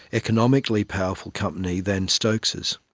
economically powerful company than stokes's.